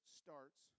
starts